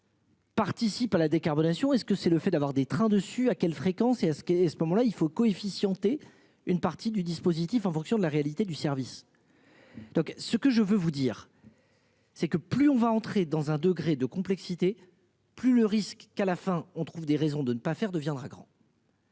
Participent à la décarbonation, est-ce que c'est le fait d'avoir des trains dessus à quelle fréquence. Et à ce qui est ce moment-là il faut coefficient T une partie du dispositif, en fonction de la réalité du service. Donc ce que je veux vous dire. C'est que plus on va entrer dans un degré de complexité. Plus le risque qu'à la fin, on trouve des raisons de ne pas faire deviendra grand.